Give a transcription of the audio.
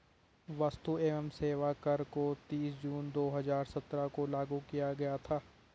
वस्तु एवं सेवा कर को तीस जून दो हजार सत्रह को लागू किया गया था